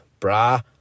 brah